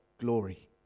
glory